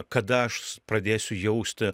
kada aš pradėsiu jausti